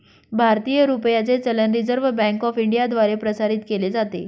भारतीय रुपयाचे चलन रिझर्व्ह बँक ऑफ इंडियाद्वारे प्रसारित केले जाते